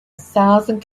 thousand